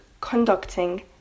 conducting